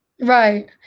right